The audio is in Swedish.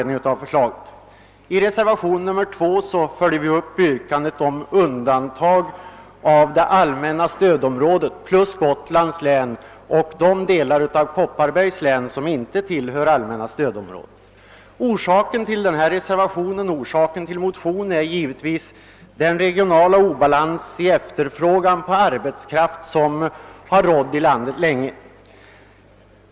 I reservationen 2 följer vi upp yrkandet om undantag från arbetsgivaravgiften för det allmänna stödområdet jämte Gotlands län och de delar av Kopparbergs län som inte tillhör allmänna stödområdet. Anledningen till reservationen och den motion som reservationen grundar sig på är givetvis den regionala obalans i efterfrågan på arbetskraft som länge har rått i landet.